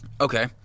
Okay